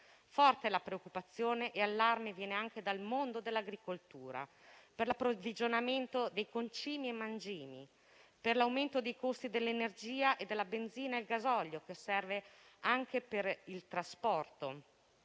Forte è la preoccupazione e l'allarme viene anche dal mondo dell'agricoltura; per l'approvvigionamento di concimi e mangimi e per l'aumento dei costi dell'energia e della benzina e del gasolio (che serve anche per il trasporto).